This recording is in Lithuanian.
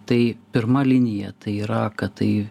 tai pirma linija tai yra kad tai